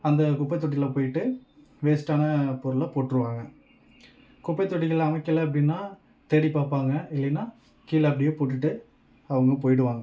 அந்த குப்பைத்தொட்டியில் போய்விட்டு வேஸ்ட்டான பொருளை போட்டுருவாங்க குப்பைத்தொட்டிகள் அமைக்கலை அப்படின்னா தேடிப்பாப்பாங்க இல்லைனால் கீழே அப்படியே போட்டுவிட்டு அவங்க போய்விடுவாங்க